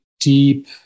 deep